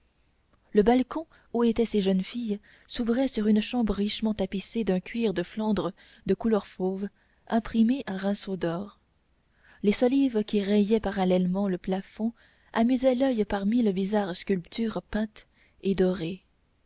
le balcon où étaient ces jeunes filles s'ouvrait sur une chambre richement tapissée d'un cuir de flandre de couleur fauve imprimé à rinceaux d'or les solives qui rayaient parallèlement le plafond amusaient l'oeil par mille bizarres sculptures peintes et dorées